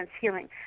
healing